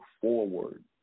forward